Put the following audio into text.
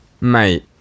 Mate